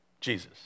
Jesus